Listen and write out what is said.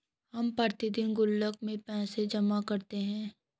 हम प्रतिदिन गुल्लक में पैसे जमा करते है